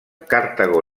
cartago